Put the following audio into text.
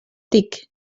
tic